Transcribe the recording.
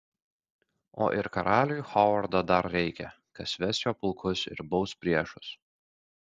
o ir karaliui hovardo dar reikia kas ves jo pulkus ir baus priešus